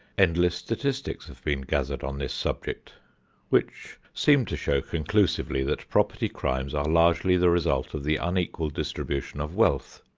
endless statistics have been gathered on this subject which seem to show conclusively that property crimes are largely the result of the unequal distribution of wealth.